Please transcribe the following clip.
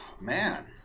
man